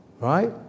right